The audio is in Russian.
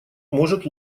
может